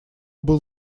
был